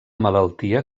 malaltia